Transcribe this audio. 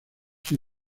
sin